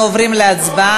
אנחנו עוברים להצבעה.